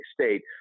state